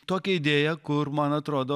tokia idėja kur man atrodo